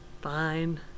Fine